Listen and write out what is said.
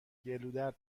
گلودرد